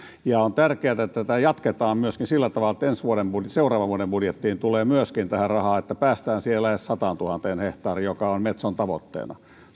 on tärkeää että tätä jatketaan sillä tavalla että seuraavan vuoden budjettiin tähän tulee myöskin rahaa että päästään edes siihen sataantuhanteen hehtaariin joka on metson tavoitteena